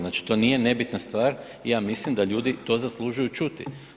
Znači to nije nebitna stvar i ja mislim da ljudi to zaslužuju čuti.